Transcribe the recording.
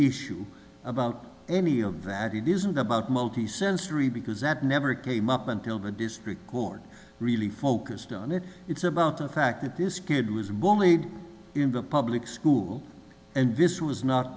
issue about any of that it isn't about multisensory because that never came up until the district court really focused on it it's about the fact that this kid was warmly in the public school and this was not